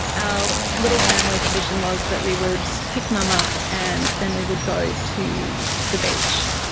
our little family tradition was that we would pick mum up and then we would go to the beach.